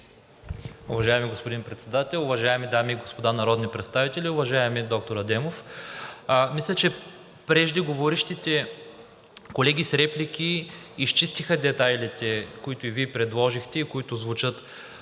Уважаеми господин Председател, уважаеми дами и господа народни представители! Уважаеми доктор Адемов, мисля, че преждеговорившите колеги с реплики изчистиха детайлите, които и Вие предложихте и които звучат